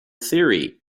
theory